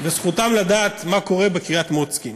וזכותם לדעת מה קורה בקריית-מוצקין.